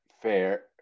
fair